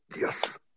Yes